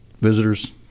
visitors